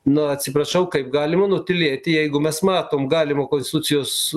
na atsiprašau kaip galima nutylėti jeigu mes matom galimo konstitucijos